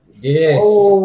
Yes